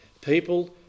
People